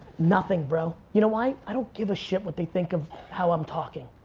nothing bro, you know why? i don't give a shit what they think of how i'm talking.